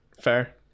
Fair